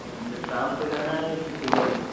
अच्छा शाम को जाना है कि सुबह में